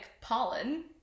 pollen